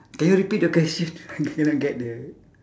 can you repeat the question I cannot get the